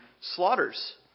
slaughters